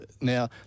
Now